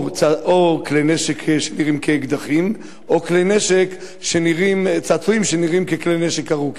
או כלי-נשק שנראים כאקדחים או צעצועים שנראים ככלי-נשק ארוכים?